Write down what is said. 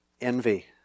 Envy